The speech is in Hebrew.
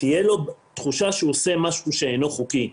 תהיה לו תחושה שהוא עושה משהו שאינו חוקי,